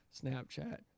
Snapchat